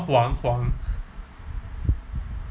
huang huang